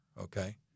Okay